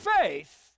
faith